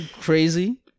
crazy